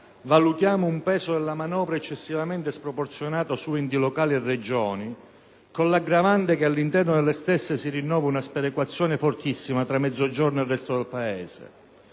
Valutiamo un peso della manovra eccessivamente sproporzionato su enti locali e Regioni, con l'aggravante che all'interno delle stesse si ritrova una sperequazione fortissima tra Mezzogiorno e resto del Paese.